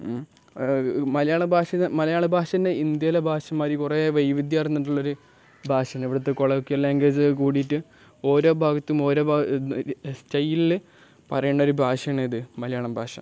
മലയാള ഭാഷ മലയാള ഭാഷ തന്നെ ഇന്ത്യയിലെ ഭാഷമാതിരി കുറേ വൈവിധ്യമാർന്നിട്ടുള്ളൊരു ഭാഷയാണ് ഇവിടുത്തെ കൊളോക്കിയൽ ലാംഗ്വേജ് കൂടിയിട്ട് ഓരോ ഭാഗത്തും ഓരോ ഭാ സ്റ്റൈലിൽ പറയുന്നൊരു ഭാഷയാണിത് മലയാളം ഭാഷ